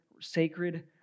sacred